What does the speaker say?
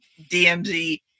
DMZ